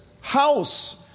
house